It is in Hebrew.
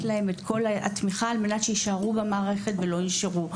להם את כל התמיכה על מנת שיישארו במערכת ולא ינשרו.